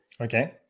Okay